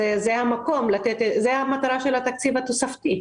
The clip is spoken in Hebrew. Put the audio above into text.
זאת מטרצת התקציב התוספתי.